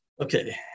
Okay